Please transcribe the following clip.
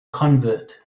convert